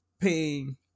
paying